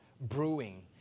brewing